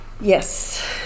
yes